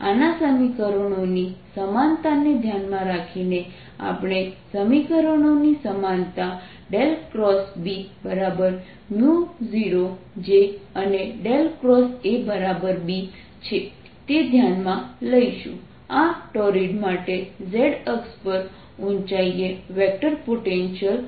આના સમીકરણોની સમાનતાને ધ્યાનમાં રાખીને આપણે સમીકરણોની સમાનતા B0J અને A B છે તે ધ્યાનમાં લઈશું આ ટૉરિડ માટે z અક્ષ પર z ઉંચાઈ એ વેક્ટર પોટેન્શિયલ શોધો